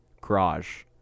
garage